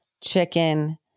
chicken